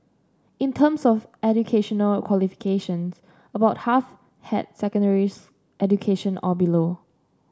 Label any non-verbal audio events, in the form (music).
in terms of educational qualifications about half had secondary (unintelligible) education or below